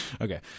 okay